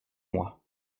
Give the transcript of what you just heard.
mois